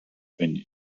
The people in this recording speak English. been